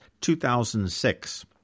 2006